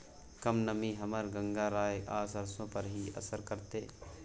कम नमी हमर गंगराय आ सरसो पर की असर करतै?